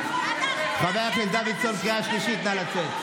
חבר הכנסת דוידסון, קריאה שלישית, נא לצאת.